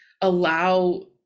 allow